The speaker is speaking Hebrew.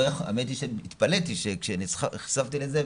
האמת היא שהתפלאתי כשנחשפתי לזה,